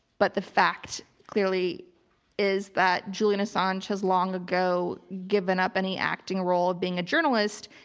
but the fact clearly is that julian assange has long ago given up any acting role of being a journalist,